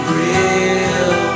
real